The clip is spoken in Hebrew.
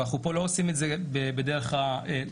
אבל אנחנו לא עושים את זה בדרך של להוציא